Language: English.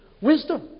Wisdom